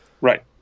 Right